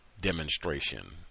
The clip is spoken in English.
demonstration